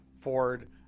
Ford